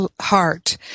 heart